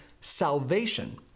salvation